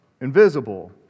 invisible